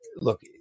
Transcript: Look